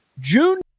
June